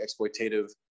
exploitative